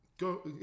go